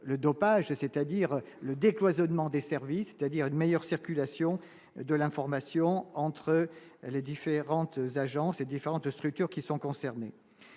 le dopage, c'est-à-dire le décloisonnement des services. C'est-à-dire une meilleure circulation de l'information entre les différentes agences et différentes structures qui sont concernés,